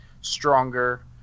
stronger